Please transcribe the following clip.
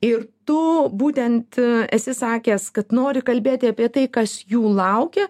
ir tu būtent esi sakęs kad nori kalbėti apie tai kas jų laukia